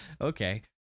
Okay